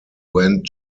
went